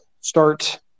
start